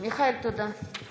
ההצעה להעביר את הנושא